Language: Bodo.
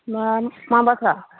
मा मा बाथ्रा